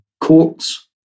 courts